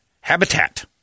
habitat